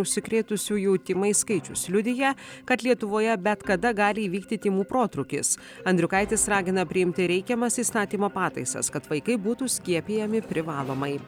užsikrėtusiųjų tymais skaičius liudija kad lietuvoje bet kada gali įvykti tymų protrūkis andriukaitis ragina priimti reikiamas įstatymo pataisas kad vaikai būtų skiepijami privalomai